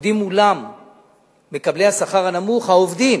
עומדים מולם מקבלי השכר הנמוך העובדים,